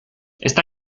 esta